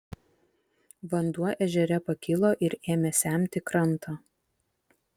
vanduo ežere pakilo ir ėmė semti krantą